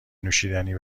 نوشیدنی